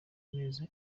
neza